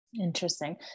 interesting